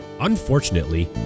Unfortunately